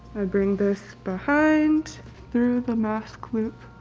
bring this behind through the mask loop,